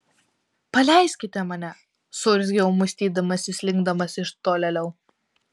paleiskite mane suurzgiau muistydamasis slinkdamas iš tolėliau